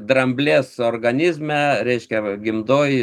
dramblės organizme reiškia gimdoj